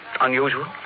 unusual